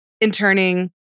interning